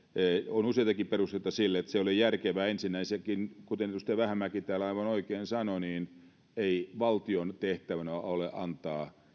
on useitakin perusteita sille että se ei ole järkevää ensinnäkin kuten edustaja vähämäki täällä aivan oikein sanoi ei valtion tehtävänä ole antaa